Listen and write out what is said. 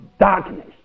darkness